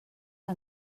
que